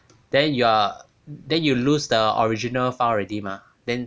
then you are then you lose the original file already mah then